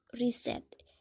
reset